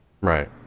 Right